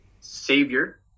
savior